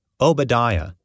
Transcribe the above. Obadiah